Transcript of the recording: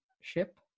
ship